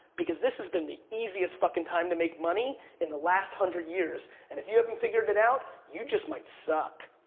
because this has been the easiest fucking time to make money in the last one hundred years. and if you haven't figured it out, you just might suck.